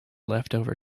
leftover